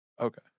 Okay